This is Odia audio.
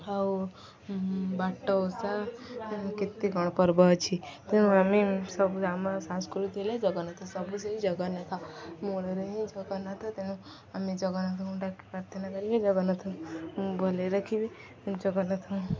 ଆଉ ବାଟ ଓଷା କେତେ କ'ଣ ପର୍ବ ଅଛି ତେଣୁ ଆମେ ସବୁ ଆମ ସଂସ୍କୃତି ହେଲେ ଜଗନ୍ନାଥ ସବୁ ସେଇ ଜଗନ୍ନାଥ ମୂଳରେ ହିଁ ଜଗନ୍ନାଥ ତେଣୁ ଆମେ ଜଗନ୍ନାଥଙ୍କୁ ଡାକ ପ୍ରାର୍ଥନା କରିବେ ଜଗନ୍ନାଥଙ୍କୁ ଭଲରେ ରଖିବେ ଜଗନ୍ନାଥଙ୍କୁ